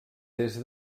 des